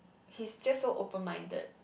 he's just so open minded